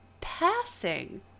passing